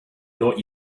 not